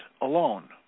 alone